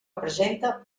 presenta